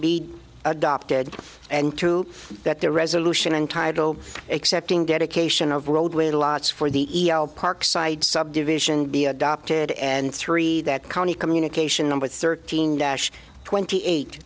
be adopted and to that the resolution entitled accepting dedication of world with a lots for the parkside subdivision be adopted and three that county communication number thirteen dash twenty eight